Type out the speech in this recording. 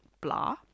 blah